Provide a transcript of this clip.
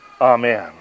amen